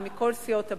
ומכל סיעות הבית.